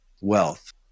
wealth